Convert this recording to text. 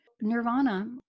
Nirvana